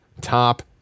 top